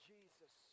Jesus